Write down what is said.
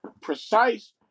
precise